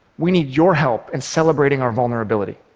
we need your help in celebrating our vulnerability